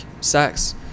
sex